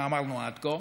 מה אמרנו עד כה,